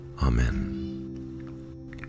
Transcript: Amen